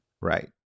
Right